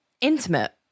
intimate